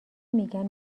میگن